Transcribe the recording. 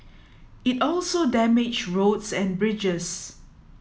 it also damaged roads and bridges